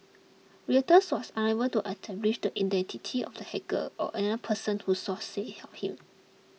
Reuters was unable to establish the identity of the hacker or another person who sources helped him